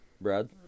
Brad